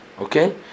Okay